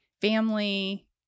family